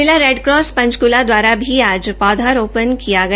जिला रेडक्रास पंचकूला द्वारा भी आज पौधा रोपण किया गया